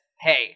Hey